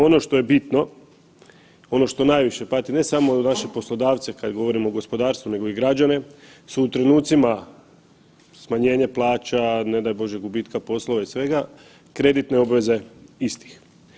Ono što je bitno, ono što najviše pati ne samo naše poslodavce kada govorimo o gospodarstvu nego i građane su u trenucima smanjenja plaća, ne daj Bože gubitka posla i svega kreditne obveze istih.